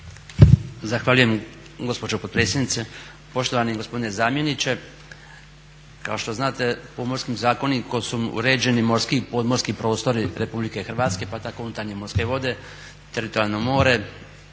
Zahvaljujem gospođo potpredsjednice. Poštovani gospodine zamjeniče, kao što znate Pomorskim zakonikom su uređeni morski i podmorski prostori Republike Hrvatske pa tako i unutarnje morske vode, teritorijalno more,